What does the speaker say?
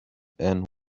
and